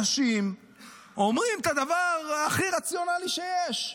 אנשים אומרים את הדבר הכי רציונלי שיש.